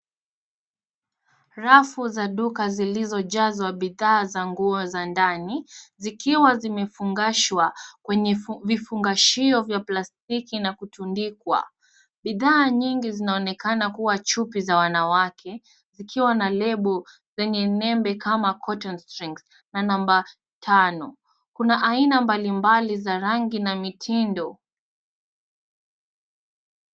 Rafu za duka zilizojazwa bidhaa za nguo za ndani, zikiwa zimefungashwa kwenye vifungashio vya plastiki na kutundikwa. Bidhaa nyingi zinaonekana kuwa chupi za wanawake zikiwa na lebo zenye nembo kama (cs)cotton strings(cs) na namba tano. Kuna aina mbalimbali za rangi na mitindo.